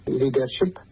leadership